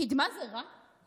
קדמה זה רע?